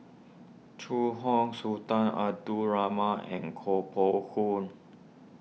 Zhu Hong Sultan Abdul Rahman and Koh Poh